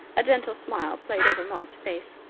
a gentle smile played over maud's face.